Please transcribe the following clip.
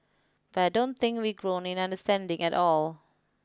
but I don't think we've grown in understanding at all